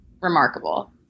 remarkable